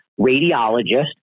radiologist